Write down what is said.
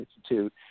Institute